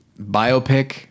biopic